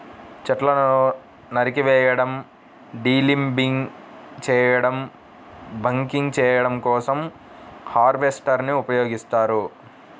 చెట్లను నరికివేయడం, డీలింబింగ్ చేయడం, బకింగ్ చేయడం కోసం హార్వెస్టర్ ని ఉపయోగిస్తారు